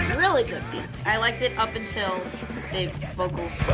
really good beat. i liked it up until the vocals.